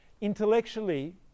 Intellectually